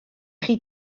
chi